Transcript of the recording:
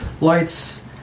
lights